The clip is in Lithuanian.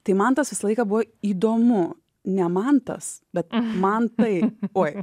tai man tas visą laiką buvo įdomu ne mantas bet man tai oi